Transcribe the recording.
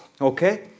okay